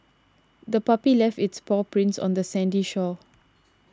the puppy left its paw prints on the sandy shore